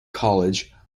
college